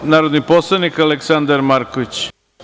Reč ima narodni poslanik Aleksandar Marković.